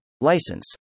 license